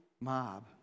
mob